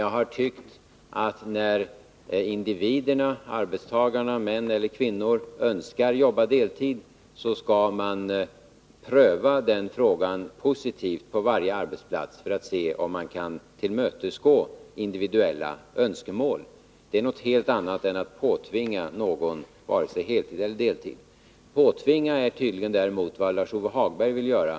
Jag har tyckt att när individerna, arbetstagarna — män eller kvinnor — önskar jobba deltid så skall den frågan prövas positivt på varje arbetsplats, för att se om man kan tillmötesgå dessa individuella önskemål. Det är något helt annat än att påtvinga någon vare sig heltid eller deltid! Påtvinga är tydligen däremot vad Lars-Ove Hagberg vill göra.